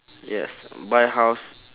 yes buy house